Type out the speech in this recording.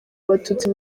abatutsi